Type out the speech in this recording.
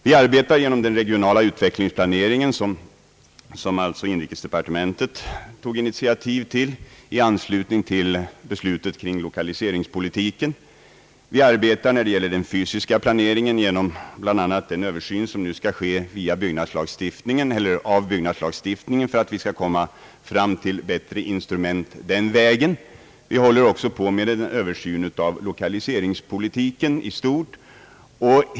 Vi arbetar med den regionala utvecklingsplaneringen, som inrikesdepartementet tog initiativet till i samband med beslutet kring lokaliseringspolitiken. När det gäller den fysiska planeringen söker vi skapa bättre instrument bl.a. genom den nu pågående översynen av byggnadslagstiftningen. Vi har också satt i gång en översyn av lokaliseringspolitiken i stort.